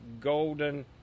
golden